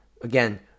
again